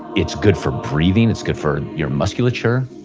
it's good for breathing, it's good for your musculature.